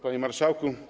Panie Marszałku!